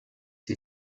die